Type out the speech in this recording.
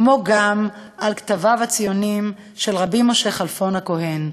כמו גם על כתביו הציוניים של רבי משה כלפון הכהן,